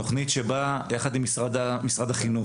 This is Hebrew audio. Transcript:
תוכנית שבה יחד עם משרד החינוך,